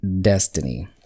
destiny